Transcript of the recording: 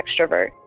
extrovert